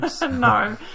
No